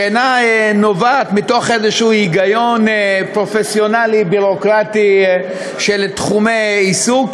אינה נובעת מתוך איזשהו היגיון פרופסיונלי ביורוקרטי של תחומי עיסוק,